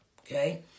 Okay